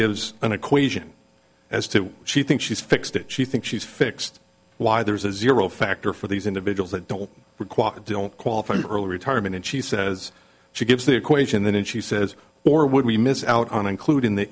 gives an equation as to why she thinks she's fixed it she thinks she's fixed why there's a zero factor for these individuals that don't require a don't qualify to early retirement and she says she gives the equation then she says or would we miss out on including